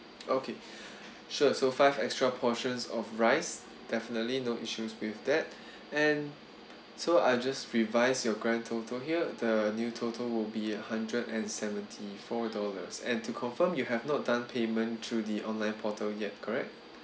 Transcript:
okay sure so five extra portions of rice definitely no issues with that and so I just revise your grand total here the new total will be a hundred and seventy-four dollars and to confirm you have not done payment through the online portal yet correct